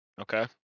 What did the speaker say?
Okay